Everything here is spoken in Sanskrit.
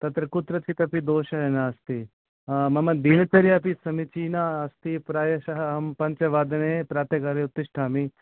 तत्र कुत्रचिदपि दोषः नास्ति मम दिनचर्या अपि समीचीना अस्ति प्रायशः अहं पञ्चवादने प्रातःकाले उत्तिष्ठामि